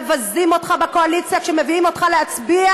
מבזים אותך בקואליציה כשמביאים אותך להצביע